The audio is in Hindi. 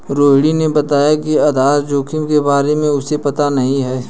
रोहिणी ने बताया कि आधार जोखिम के बारे में उसे पता नहीं है